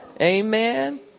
Amen